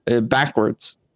backwards